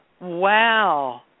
Wow